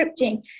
scripting